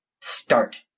start